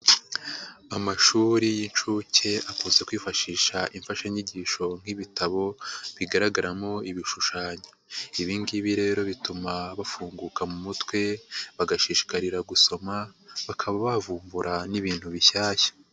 Amashuri y'incuke akunze kwifashisha imfashanyigisho nk'ibitabo bigaragaramo ibishushanyo. Ibingibi rero bituma bafunguka mu mutwe bagashishikarira gusoma, bakaba bavumbura n'ibintu bishyashya.